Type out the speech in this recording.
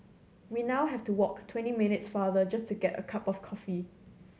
we now have to walk twenty minutes farther just to get a cup of coffee